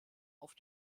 auf